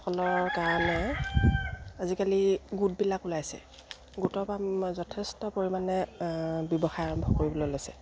সকলৰ কাৰণে আজিকালি গোটবিলাক ওলাইছে গোটৰ পৰা যথেষ্ট পৰিমাণে ব্যৱসায় আৰম্ভ কৰিবলৈ লৈছে